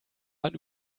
man